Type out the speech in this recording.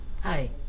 Hi